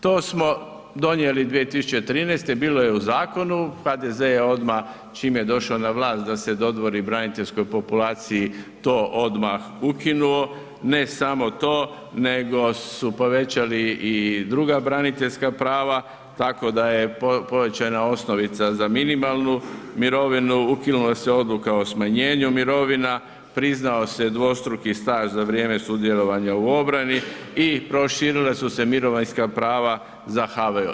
To smo donijeli 2013. bilo je u zakonu, HDZ je odmah čim je došao na vlast da se dodvori braniteljskoj populaciji to odmah ukinuo, ne samo to nego su povećali i druga braniteljska prava, tako da je povećana osnovica za minimalnu mirovinu, ukinula se odluka o smanjenu mirovina, priznao se dvostruki staž za vrijeme sudjelovanja u obrani i proširila su se mirovinska prava za HVO.